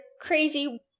crazy